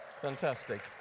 fantastic